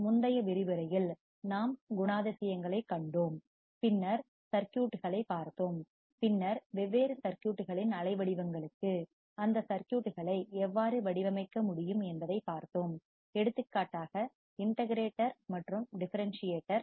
முந்தைய விரிவுரையில் நாம் குணாதிசயங்களைக் கண்டோம் பின்னர் சுற்றுசர்க்யூட் களைப் பார்த்தோம் பின்னர் வெவ்வேறு சர்க்யூட்களின் அலைவடிவங்களுக்கு வேவ் பார்ம் அந்த சர்க்யூட்களை எவ்வாறு வடிவமைக்க முடியும் என்பதைப் பார்த்தோம் எடுத்துக்காட்டாக இன்டகிரேட்டர் மற்றும் டிஃபரன்ஸ் சியேட்டர்